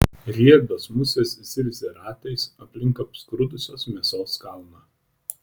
riebios musės zirzia ratais aplink apskrudusios mėsos kalną